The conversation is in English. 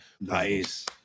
Nice